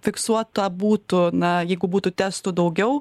fiksuota būtų na jeigu būtų testų daugiau